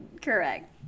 Correct